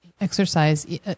exercise